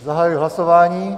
Zahajuji hlasování.